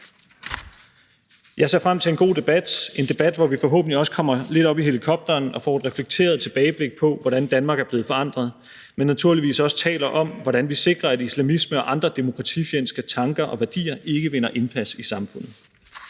Jeg ser frem til en god debat – en debat, hvor vi forhåbentlig også kommer lidt op i helikopteren og får et reflekteret tilbageblik på, hvordan Danmark er blevet forandret, men naturligvis også taler om, hvordan vi sikrer, at islamisme og andre demokratifjendske tanker og værdier ikke vinder indpas i samfundet.